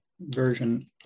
version